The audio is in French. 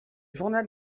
journal